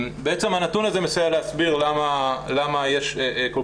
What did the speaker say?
בעצם הנתון הזה מסייע להסביר למה יש כל